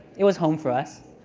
it was home for us.